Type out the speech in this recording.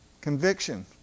Conviction